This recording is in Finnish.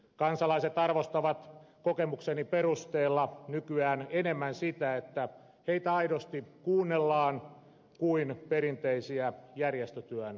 kansalaiset arvostavat kokemukseni perusteella nykyään enemmän sitä että heitä aidosti kuunnellaan kuin perinteisiä järjestötyön rituaaleja